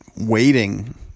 waiting